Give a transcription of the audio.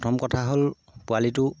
প্ৰথম কথা হ'ল পোৱালিটো